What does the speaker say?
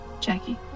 Jackie